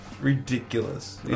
ridiculous